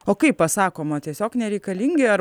o kaip pasakoma tiesiog nereikalingi ar